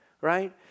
right